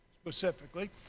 specifically